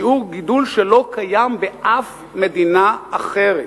שיעור גידול שלא קיים באף מדינה אחרת.